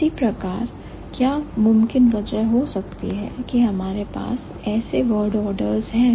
इसी प्रकार क्या मुमकिन वजह हो सकती है कि हमारे पास ऐसे वर्ड ऑर्डर्स है